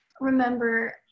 remember